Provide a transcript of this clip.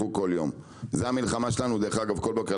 זו המלחמה שלנו כל בוקר,